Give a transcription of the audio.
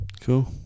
Cool